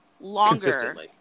longer